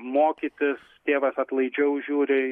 mokytis tėvas atlaidžiau žiūri